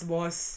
Boss